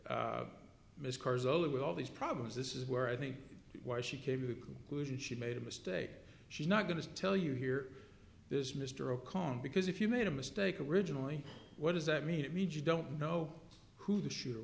other with all these problems this is where i think why she came to the conclusion she made a mistake she's not going to tell you here this mr o'connor because if you made a mistake originally what does that mean it means you don't know who the shooter